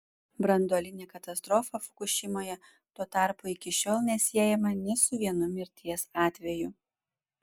branduolinė katastrofa fukušimoje tuo tarpu iki šiol nesiejama nė su vienu mirties atveju